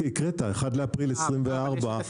הקראת 1 באפריל 2024. לא,